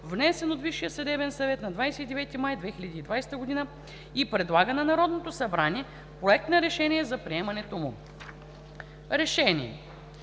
внесен от Висшия съдебен съвет на 29 май 2020 г. и предлага на Народното събрание Проект на решение за приемането му: „Проект!